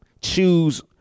choose